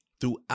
throughout